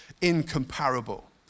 Incomparable